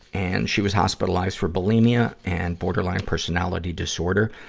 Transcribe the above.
and she was hospitalized for bulimia and borderline personality disorder.